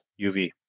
UV